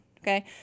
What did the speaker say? Okay